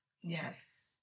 Yes